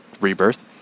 Rebirth